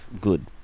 Good